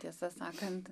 tiesą sakant